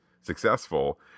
successful